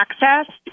access